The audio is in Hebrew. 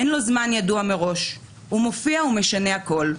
אין לו זמן ידוע מראש, הוא מופיע ומשנה הכול.